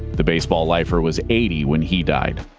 the baseball lifer was eighty when he died.